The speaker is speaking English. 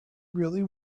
really